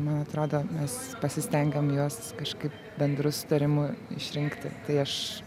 man atrodo mes pasistengėm juos kažkaip bendru sutarimu išrinkti tai aš